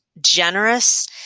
generous